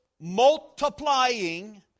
Multiplying